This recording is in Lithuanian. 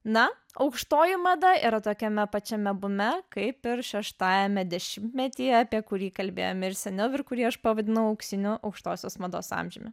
na aukštoji mada yra tokiame pačiame bume kaip ir šeštajame dešimtmetyje apie kurį kalbėjome ir seniau ir kurį aš pavadinau auksiniu aukštosios mados amžiumi